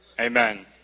amen